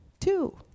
Two